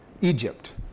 Egypt